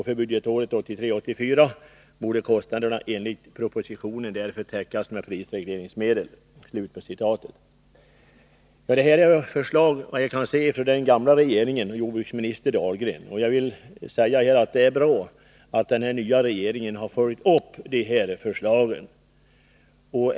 För budgetåret 1983/84 borde kostnaderna enligt propositionen därför täckas med prisregleringsmedel.” Detta är, vad jag kan se, förslag från den gamla regeringen och jordbruksminister Dahlgren. Jag vill här säga att det är bra att den nya regeringen har följt upp de förslagen.